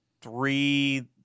Three